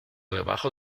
debajo